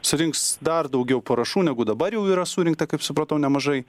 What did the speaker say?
surinks dar daugiau parašų negu dabar jau yra surinkta kaip supratau nemažai